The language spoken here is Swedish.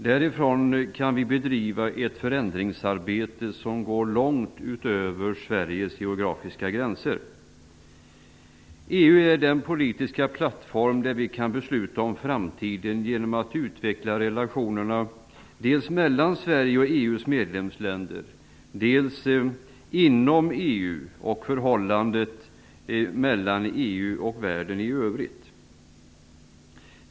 Därifrån kan vi bedriva ett förändringsarbete som går långt utöver EU är den politiska plattform där vi kan besluta om framtiden genom att utveckla relationerna dels mellan Sverige och EU:s medlemsländer, dels förhållanden inom EU och förhållandet mellan EU och världen i övrigt.